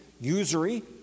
usury